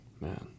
man